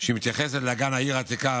שמתייחסת לאגן העיר העתיקה,